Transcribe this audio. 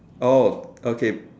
oh okay